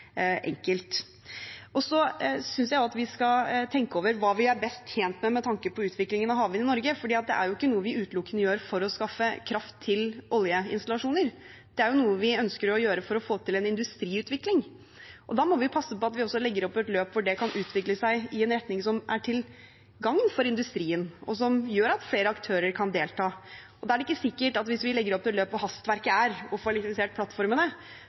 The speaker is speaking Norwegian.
enkelt. Jeg synes at vi skal tenke over hva vi er best tjent med med tanke på utviklingen av havvind i Norge, for det er ikke noe vi utelukkende gjør for å skaffe kraft til oljeinstallasjoner; det er noe vi ønsker å gjøre for å få til en industriutvikling. Da må vi passe på at vi også legger opp et løp hvor det kan utvikle seg i en retning som er til gagn for industrien, og som gjør at flere aktører kan delta. Da er det ikke sikkert – hvis vi legger opp det løpet, det hastverket det er å få elektrifisert plattformene